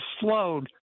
slowed